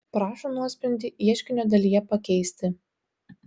prašo nuosprendį ieškinio dalyje pakeisti